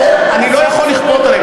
בסדר, אני לא יכול לכפות עליהם.